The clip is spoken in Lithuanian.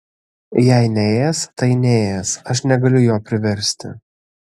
jei neės tai neės aš negaliu jo priversti